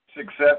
success